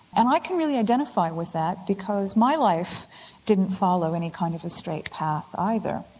and i can really identify with that because my life didn't follow any kind of a straight path either.